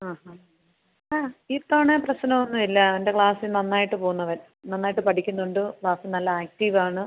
ആ ആ ആ ഇത്തവണ പ്രശ്നമൊന്നുമില്ല അവൻ്റെ ക്ലാസിൽ നന്നായിട്ട് പോവുന്നു അവൻ നന്നായിട്ട് പഠിക്കുന്നുണ്ട് ക്ലാസ് നല്ല ആക്റ്റീവ് ആണ്